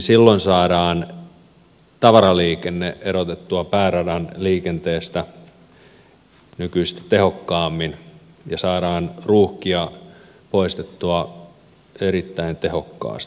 silloin saadaan tavaraliikenne erotettua pääradan liikenteestä nykyistä tehokkaammin ja saadaan ruuhkia poistettua erittäin tehokkaasti